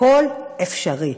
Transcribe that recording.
הכול אפשרי.